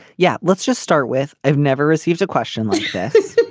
yeah. let's just start with i've never received a question like this